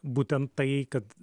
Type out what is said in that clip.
būtent tai kad